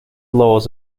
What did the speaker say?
laws